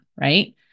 Right